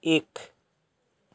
एक